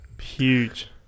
huge